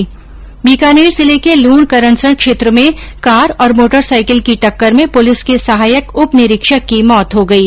्र बीकानेर जिले के लूणकरनसर क्षेत्र में कार और मोटरसाइकिल की टक्कर में पुलिस के सहायक उप निरीक्षक की मौत हो गयी